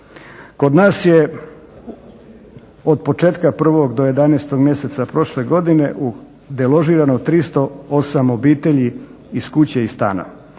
Kod nas je otpočetka 1. do 11. mjeseca prošle godine deložirano 308 obitelji iz kuće i stana.